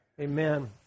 amen